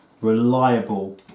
reliable